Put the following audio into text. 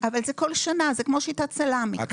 זה כל שנה, זה כמו שיטת סלמי כזאת.